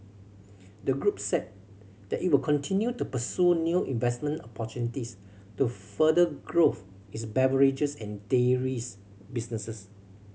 the group said that it will continue to pursue new investment opportunities to further growth its beverages and dairies businesses